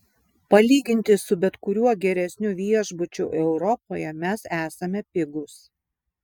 palyginti su bet kuriuo geresniu viešbučiu europoje mes esame pigūs